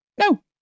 No